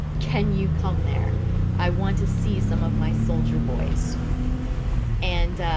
can you come there i want to see some of my soldier boys and